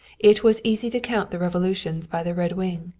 it was easy to count the revolutions by the red wing.